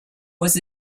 was